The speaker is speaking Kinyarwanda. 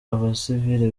abasivile